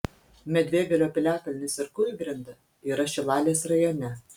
medvėgalio piliakalnis ir kūlgrinda yra šilalės rajone